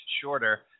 shorter